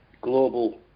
global